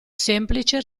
semplice